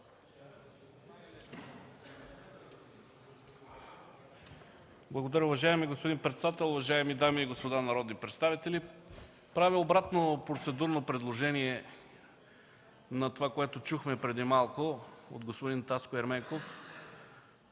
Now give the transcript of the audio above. Благодаря. Уважаеми господин председател, уважаеми дами и господа народни представители! Правя обратно процедурно предложение на това, което чухме преди малко от господин Таско Ерменков.